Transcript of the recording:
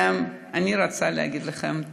אני רוצה להגיד לכם תודה.